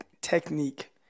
technique